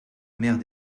mère